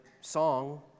song